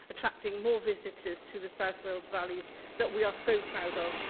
attracting more visitors to the south wales valleys that we are so proud of,